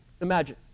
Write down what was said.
Imagine